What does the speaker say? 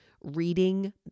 reading